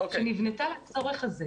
שנבנתה במיוחד לצורך הזה,